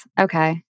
Okay